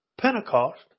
Pentecost